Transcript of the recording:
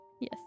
Yes